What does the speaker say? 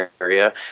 area